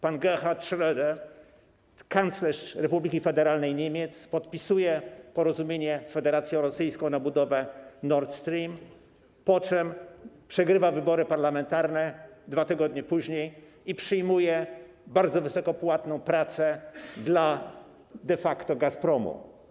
Pan Gerhard Schröder, kanclerz Republiki Federalnej Niemiec, podpisuje porozumienie z Federacją Rosyjską na budowę Nord Stream, po czym przegrywa wybory parlamentarne 2 tygodnie później i przyjmuje bardzo wysoko płatną pracę de facto dla Gazpromu.